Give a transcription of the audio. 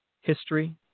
History